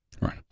Right